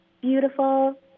beautiful